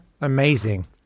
Amazing